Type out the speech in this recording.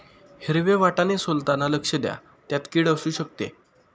हिरवे वाटाणे सोलताना लक्ष द्या, त्यात किड असु शकते